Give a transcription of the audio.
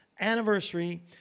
anniversary